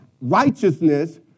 righteousness